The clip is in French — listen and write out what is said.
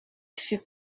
fut